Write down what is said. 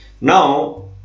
now